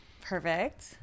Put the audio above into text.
Perfect